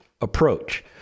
approach